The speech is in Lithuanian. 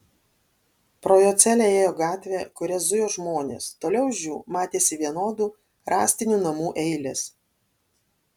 pro jo celę ėjo gatvė kuria zujo žmonės toliau už jų matėsi vienodų rąstinių namų eilės